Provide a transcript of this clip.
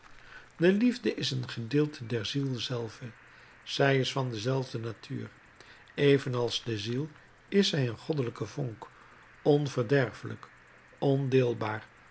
de liefde is een gedeelte der ziel zelve zij is van dezelfde natuur evenals de ziel is zij een goddelijke vonk